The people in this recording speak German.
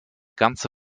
ganze